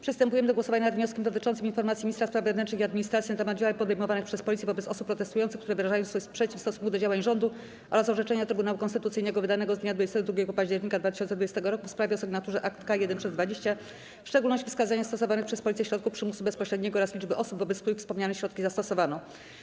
Przystępujemy do głosowania nad wnioskiem dotyczącym Informacji Ministra Spraw Wewnętrznych i Administracji na temat działań podejmowanych przez Policję wobec osób protestujących, które wyrażają swój sprzeciw w stosunku do działań rządu oraz orzeczenia Trybunału Konstytucyjnego wydanego dnia 22 października 2020 r. w sprawie o sygn. akt K 1/20, w szczególności wskazania stosowanych przez Policję środków przymusu bezpośredniego oraz liczby osób, wobec których wspomniane środki zastosowano.